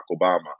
Obama